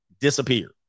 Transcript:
disappear